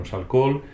alcohol